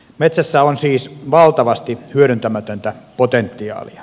metsässä on siis valtavasti hyödyntämätöntä potentiaalia